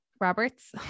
Roberts